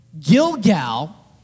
Gilgal